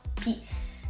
peace